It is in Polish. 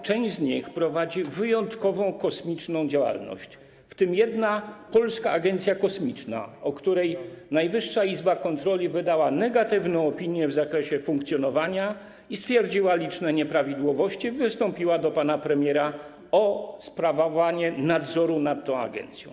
Część z nich prowadzi wyjątkowo kosmiczną działalność, w tym jedna, Polska Agencja Kosmiczna, o której Najwyższa Izba Kontroli wydała negatywną opinię w zakresie funkcjonowania, stwierdziła liczne nieprawidłowości i wystąpiła do pana premiera o sprawowanie nadzoru nad tą agencją.